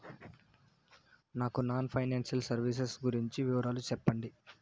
నాకు non financial services గురించి వివరాలు సెప్పండి?